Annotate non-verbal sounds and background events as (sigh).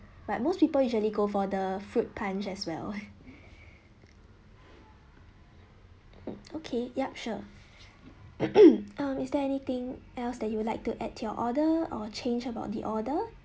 but most people usually go for the fruit punch as well (laughs) okay yup sure (coughs) um is there anything else that you would like to add to your order or change about the order